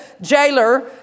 jailer